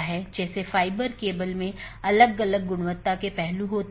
या एक विशेष पथ को अमान्य चिह्नित करके अन्य साथियों को विज्ञापित